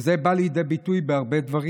וזה בא לידי ביטוי בהרבה דברים.